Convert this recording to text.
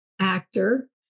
actor